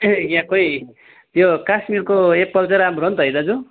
ए यहाँ खोइ त्यो काश्मिरको एप्पल चाहिँ राम्रो हो नि त है दाजु